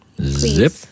Zip